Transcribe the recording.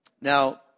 Now